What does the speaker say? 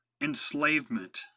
enslavement